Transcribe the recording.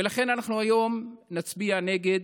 ולכן אנחנו היום נצביע נגד.